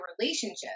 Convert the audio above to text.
relationship